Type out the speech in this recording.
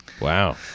Wow